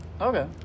Okay